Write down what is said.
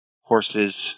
horses